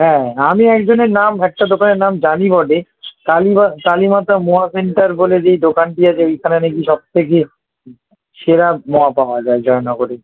হ্যাঁ আমি একজনের নাম একটা দোকানের নাম জানি বটে কালীমা কালীমাতা মোয়া সেন্টার বলে যেই দোকানটি আছে ওইখানে নাকি সব থেকে সেরা মোয়া পাওয়া যায় জয়নগরে